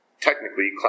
technically